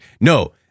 No